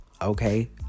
Okay